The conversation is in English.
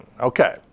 Okay